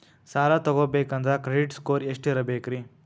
ಸಾಲ ತಗೋಬೇಕಂದ್ರ credit score ಎಷ್ಟ ಇರಬೇಕ್ರಿ?